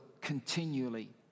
continually